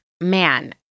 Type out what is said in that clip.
Man